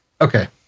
okay